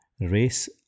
race